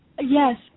Yes